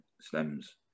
stems